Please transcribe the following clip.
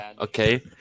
okay